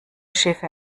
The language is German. schiffe